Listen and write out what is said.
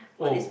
oh